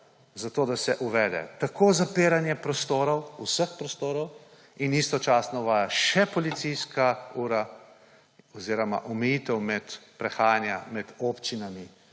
za to, da se uvede zapiranje prostorov, vseh prostorov in istočasno uvaja še policijska ura oziroma omejitev prehajanja med občinami